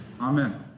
Amen